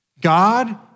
God